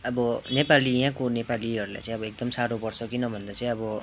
अब नेपाली यहाँको नेपालीहरूलाई चाहिँ अब एकदम साह्रो पर्छ किन भन्दा चाहिँ अब